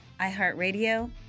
iHeartRadio